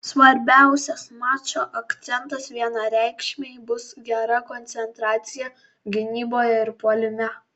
svarbiausias mačo akcentas vienareikšmiai bus gera koncentracija gynyboje ir puolime